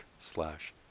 slash